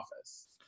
office